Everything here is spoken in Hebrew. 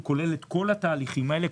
הוא כולל את כל התהליכים האלה.